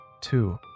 Two